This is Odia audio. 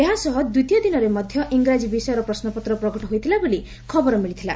ଏହା ସହ ଦିବତୀୟ ଦିନରେ ମଧ ଇଂରାଜି ବିଷୟର ପ୍ରଶ୍ୱପତ୍ର ପ୍ରଘଟ ହୋଇଥିଲା ବୋଲି ଖବର ମିଳିଥିଲା